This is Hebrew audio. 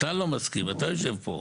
אתה יושב פה,